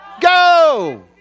Go